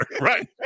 right